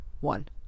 One